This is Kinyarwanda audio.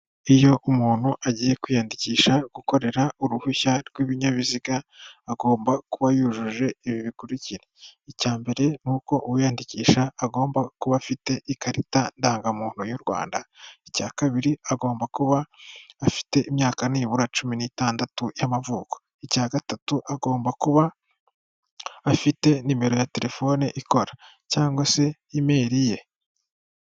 Iyo umuntu agiye kwiyandikisha gukorera uruhushya rw'ibinyabiziga agomba kuba yujuje ibi bikurikira, icya mbere ni uko uwiyandikisha agomba kuba afite ikarita ndangamuntu y'u Rwanda, icya kabiri agomba kuba afite imyaka nibura cumi n'itandatu y'amavuko, icya gatatu agomba kuba afite nimero ya terefone ikora cyangwa se imeri ye.